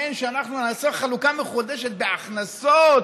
כן, שאנחנו נעשה חלוקה מחודשת בהכנסות.